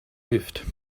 lived